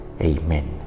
Amen